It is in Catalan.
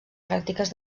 pràctiques